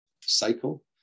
cycle